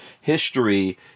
history